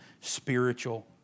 spiritual